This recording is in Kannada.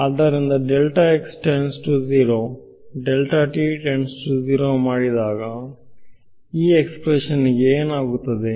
ಆದ್ದರಿಂದ ಮಾಡಿದಾಗ ಈ ಎಕ್ಸ್ಪ್ರೆಶನ್ ಗೆ ಏನಾಗುತ್ತದೆ